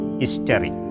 history